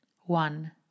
one